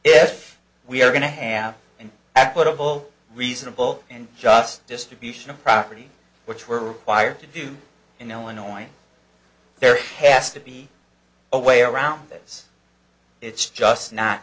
if we are going to have an applicable reasonable and just distribution of property which were required to do in illinois there test to be a way around this it's just not